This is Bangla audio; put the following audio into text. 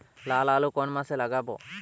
লাল আলু কোন মাসে লাগাব?